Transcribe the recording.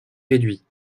réduits